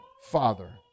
Father